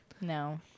No